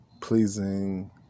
pleasing